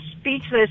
speechless